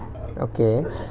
okay